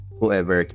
whoever